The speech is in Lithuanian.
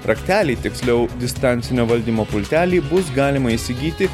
raktelį tiksliau distancinio valdymo pultelį bus galima įsigyti